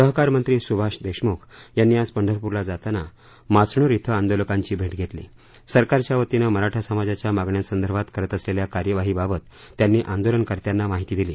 सहकार मंत्री सुभाष देशमुख यांनी आज पंढरपूरला जाताना माचणूर शि आंदोलकांची भेट घेतली सरकारच्या वतीनं मराठा समाजाच्या मागण्यासंदर्भात करत असलेल्या कार्यवाहीबाबत त्यांनी आंदोलनकर्त्यांना माहिती दिली